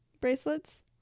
bracelets